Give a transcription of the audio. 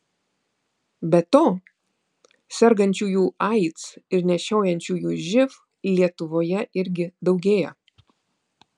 be to sergančiųjų aids ir nešiojančiųjų živ lietuvoje irgi daugėja